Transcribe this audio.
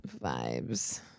vibes